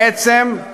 בעצם,